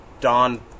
Don